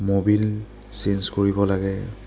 Mobil change কৰিব লাগে